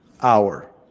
hour